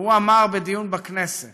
והוא אמר בדיון בכנסת